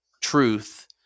truth